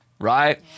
right